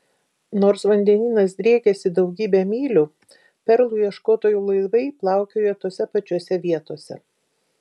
nors vandenynas driekėsi daugybę mylių perlų ieškotojų laivai plaukiojo tose pačiose vietose